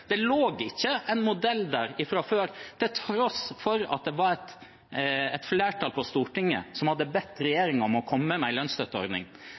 det arbeidet. Det lå ikke en modell der fra før, til tross for at et flertall på Stortinget hadde bedt regjeringen om å komme med en lønnsstøtteordning.